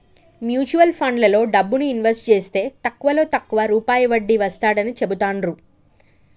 mutual ఫండ్లలో డబ్బుని invest జేస్తే తక్కువలో తక్కువ రూపాయి వడ్డీ వస్తాడని చెబుతాండ్రు